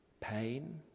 pain